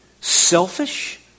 selfish